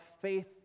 faith